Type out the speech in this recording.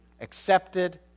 accepted